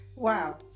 Wow